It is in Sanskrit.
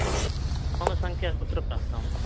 आम् मम संख्या कुत्र प्राप्तम्